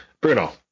Bruno